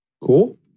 Cool